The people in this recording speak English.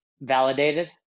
validated